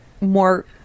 more